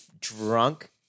drunk